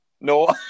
No